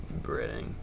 breading